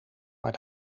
maar